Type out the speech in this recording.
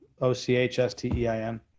O-C-H-S-T-E-I-N